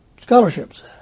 scholarships